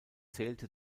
zählte